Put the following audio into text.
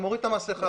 אני מוריד את המסכה,